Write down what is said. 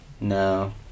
No